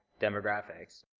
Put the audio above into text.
demographics